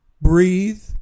breathe